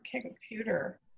computer